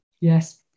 Yes